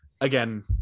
again